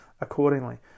accordingly